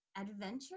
adventure